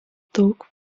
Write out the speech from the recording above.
daug